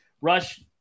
rush